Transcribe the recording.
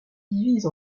divise